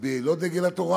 ממצביעי דגל התורה